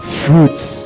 fruits